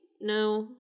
no